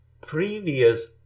Previous